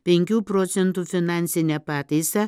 penkių procentų finansinę pataisą